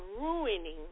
ruining